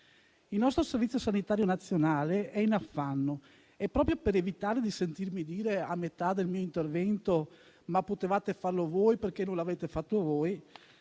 Il nostro Servizio sanitario nazionale è in affanno. E, proprio per evitare di sentirmi dire, a metà del mio intervento, che avremmo potuto farlo noi, e perché non l'abbiamo fatto noi